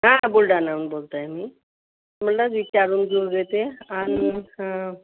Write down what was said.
हा बुलढाण्याहून बोलत आहे मी म्हणूनच विचारून घेऊन घेते आहे आणि हा